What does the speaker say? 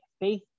faith